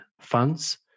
funds